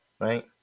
right